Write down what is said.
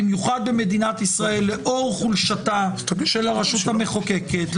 במיוחד במדינת ישראל לאור חולשתה של הרשות המחוקקת,